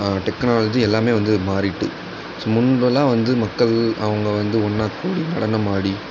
technology எல்லாம் வந்து மாறிட்டு முன்பெல்லாம் வந்து மக்கள் அவங்க வந்து ஒன்னாக கூடி நடனம் ஆடி